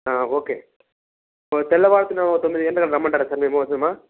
okay తెల్లవారితిన ఓ తొమ్మిది గంటలకు అట్ల రమ్మంటారా సార్ మీకోసమూ